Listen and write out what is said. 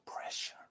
pressure